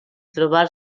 trobar